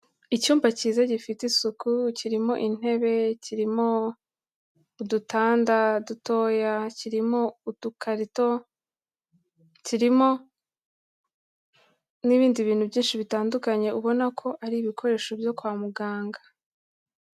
Icyumba cyiza gifite isuku kirimo intebe, kirimo udutanda dutoya, kirimo udukarito, kirimo n'ibindi bintu byinshi bitandukanye, ubona ko ari ibikoresho byo kwa muganga.